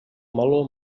meló